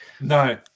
No